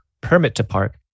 permit-to-park